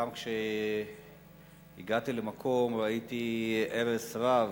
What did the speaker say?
גם כשהגעתי למקום ראיתי שם הרס רב,